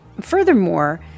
furthermore